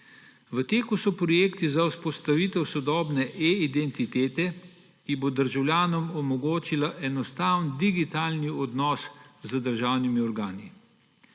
V teku so projekti za vzpostavitev sodobne e-identitete, ki bo državljanom omogočila enostaven digitalni odnos z državnimi organi.